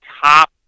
top